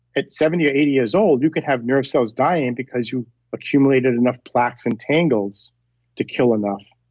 at seventy or eighty years old you could have neuro cells dying because you accumulated enough plaques and tangles to kill enough.